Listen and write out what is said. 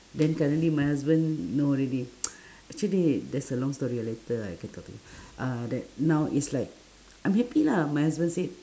then currently my husband know already actually there's a long story later I can talk to you uh that now is like I'm happy lah my husband said